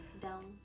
down